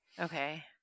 Okay